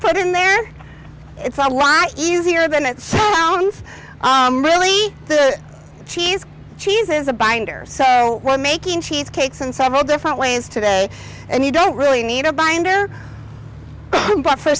put in there it's a lot easier than it sounds really the cheese cheese is a binder so we're making cheese cakes and several different ways today and you don't really need a binder